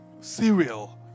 Cereal